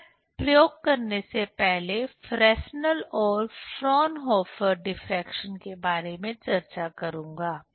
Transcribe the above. मैं प्रयोग करने से पहले फ्रेस्नेल और फ्राउनहोफर डिफ्रेक्शन के बारे में चर्चा करूंगा